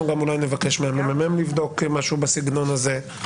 אנחנו גם אולי נבקש מהמ.מ.מ לבדוק משהו בסגנון הזה.